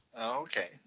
okay